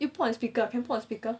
you put on speaker can put on speaker